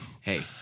Hey